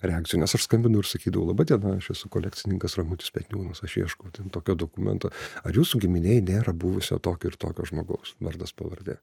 reakcijų nes aš skambinu ir sakydavau laba diena aš esu kolekcininkas ramutis petniūnas aš ieškau ten tokio dokumento ar jūsų giminėj nėra buvusio tokio ir tokio žmogaus vardas pavardė